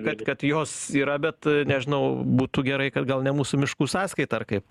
kad kad jos yra bet nežinau būtų gerai kad gal ne mūsų miškų sąskaita ar kaip